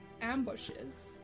ambushes